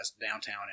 downtown